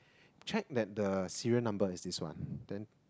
check that the serial number is this one then